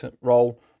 role